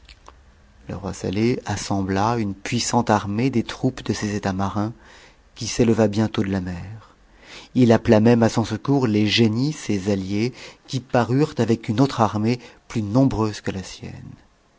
le roi saleh assembla une puissante armée des troupes de ses étais marins qui s'éleva bientôt de la mer h appela même à son secours les génies ses alliés qui parurent avec une autre armée plus nombreuse que la sienne